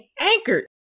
anchored